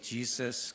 Jesus